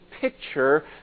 picture